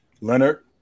Leonard